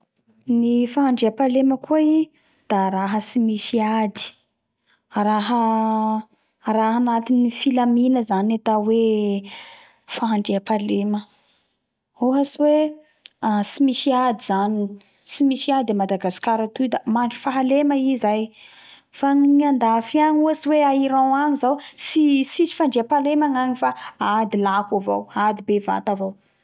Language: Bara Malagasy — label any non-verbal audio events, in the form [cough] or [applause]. Ny fandraipahalema koa i da raha tsy misy ady raha raha anatiny filamina zany gnatao hoe fandriapahalema ohatsy hoe [hesitation] aan tsy misy ady a Madagascar aty da mandry fahalema i zay fa ny andafy agny ohatsy hoe a Iran agny zao tsy tsy misy fahandriapahalema gnagny fa ady lako avao ady bevata avao